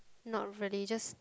not really just